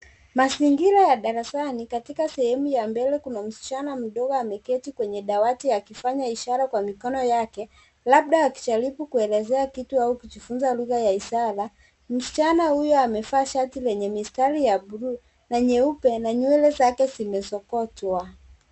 Manzingira ya darasani katika sehemu ya mbele kuna msichana mdogo ameketi kwenye dawati akifanya ishara kwa mikono yake, labda akijaribu kuelezea kitu au kujifunza lugha ya ishara. Msichana huyo amevaa shati lenye mistari ya bluu na nyeupe na nywele zake zimesokotwa.